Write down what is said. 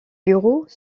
bureaux